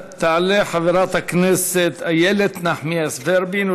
תעלה חברת הכנסת איילת נחמיאס ורבין,